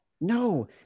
No